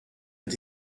and